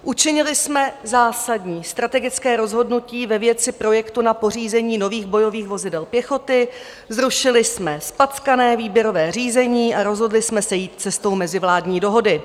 Učinili jsme zásadní strategické rozhodnutí ve věci projektu na pořízení nových bojových vozidel pěchoty, zrušili jsme zpackané výběrové řízení a rozhodli jsme se jít cestou mezivládní dohody.